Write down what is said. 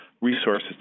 resources